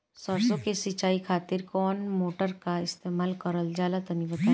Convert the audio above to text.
सरसो के सिंचाई खातिर कौन मोटर का इस्तेमाल करल जाला तनि बताई?